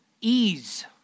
Ease